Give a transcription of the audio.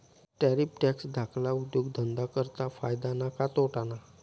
Tariff tax धाकल्ला उद्योगधंदा करता फायदा ना का तोटाना?